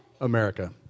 America